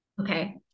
Okay